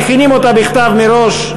מכינים אותה בכתב מראש,